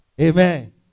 Amen